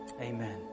Amen